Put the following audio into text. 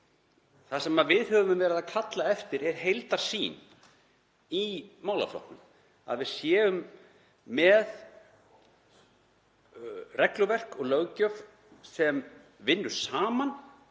Það sem við höfum verið að kalla eftir er heildarsýn í málaflokknum, að við séum með regluverk og löggjöf sem vinna saman